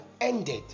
ended